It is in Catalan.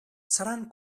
seran